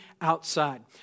outside